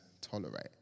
tolerate